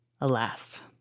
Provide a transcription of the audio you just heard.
Alas